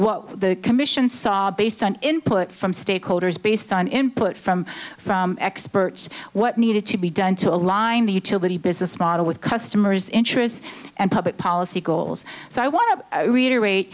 what the commission saw based on input from stakeholders based on input from from experts what needed to be done to align the utility business model with customers interests and public policy goals so i want to reiterate